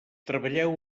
treballeu